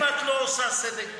אם את לא עושה סדק בקיר,